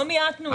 לא מיעטנו את זה.